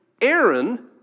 Aaron